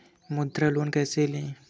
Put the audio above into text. मुद्रा लोन कैसे ले?